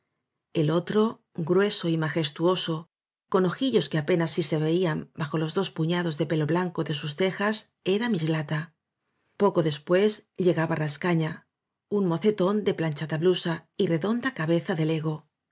el otro grueso y majestuoso con ojillos que apenas si se veían bajo los dos puñados de pelo blanco de sus cejas era mislata poco des pués llegaba rascaña un mocetón de planchada blusa y redonda cabeza de lego